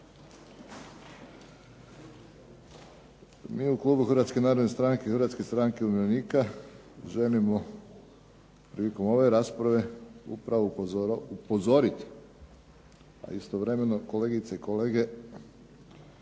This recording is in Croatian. Mi u Klubu Hrvatske narodne stranke i Hrvatske stranke umirovljenika želimo prilikom ove rasprave upravo upozoriti, a istovremeno kolegice i kolege